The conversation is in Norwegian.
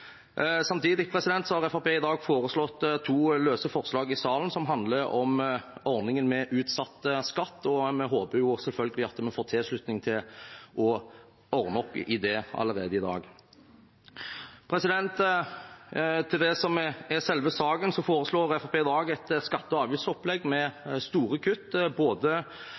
Samtidig har Fremskrittspartiet fremmet to løse forslag i salen i dag som handler om ordningen med utsatt skatt. Vi håper selvfølgelig at vi får tilslutning for å ordne opp i det allerede i dag. Til det som er selve saken: Fremskrittspartiet foreslår i dag et skatte- og avgiftsopplegg med store kutt, både